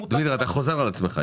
אתה חוזר על עצמך.